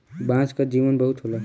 बांस के जीवन बहुत होला